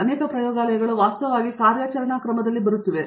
ಅನೇಕ ಪ್ರಯೋಗಾಲಯಗಳು ವಾಸ್ತವವಾಗಿ ಕಾರ್ಯಾಚರಣಾ ಕ್ರಮದಲ್ಲಿ ಬರುತ್ತಿವೆ